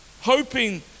hoping